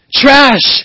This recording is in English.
trash